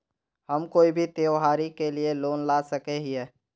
हम कोई भी त्योहारी के लिए लोन ला सके हिये?